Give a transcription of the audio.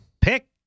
pick